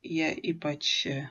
jie ypač